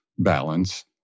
balance